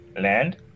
land